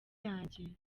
yanjye